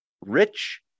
rich